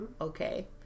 Okay